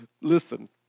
Listen